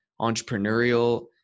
entrepreneurial